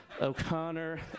O'Connor